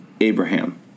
Abraham